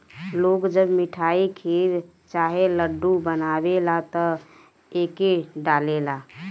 लोग जब मिठाई, खीर चाहे लड्डू बनावेला त एके डालेला